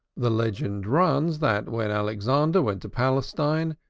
the legend runs that when alexander went to palestine,